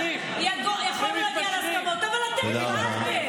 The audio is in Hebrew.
הרי אם המחאה, הרי אני ישבתי שם.